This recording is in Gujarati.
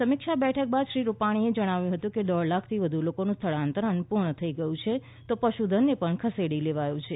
સમિક્ષા બેઠક બાદ શ્રી રૂપાણીએ જણાવ્યુ હતું કે દોઢ લાખથી વધુ લોકોનું સ્થળાંતર પૂર્ણ થઇ ગયું છે તો પશુધનને પણ ખસેડી લેવાયું છે